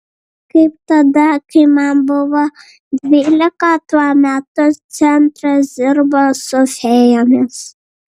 kaip tada kai man buvo dvylika tuo metu centras dirbo su fėjomis